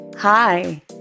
Hi